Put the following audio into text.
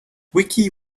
vicky